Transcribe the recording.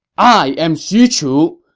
i am xu chu!